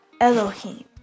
Elohim